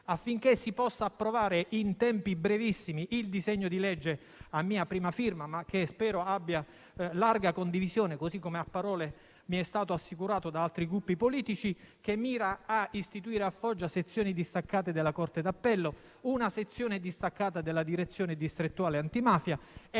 affinché si possa approvare in tempi brevissimi il disegno di legge a mia prima firma, che spero abbia larga condivisione - così come, a parole, mi è stato assicurato da altri Gruppi politici - il quale mira a istituire a Foggia sezioni distaccate della corte d'appello, una sezione distaccata della Direzione distrettuale antimafia e